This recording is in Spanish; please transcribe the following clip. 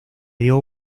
dio